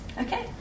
Okay